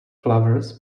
flowers